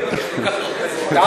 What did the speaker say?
לא,